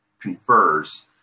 confers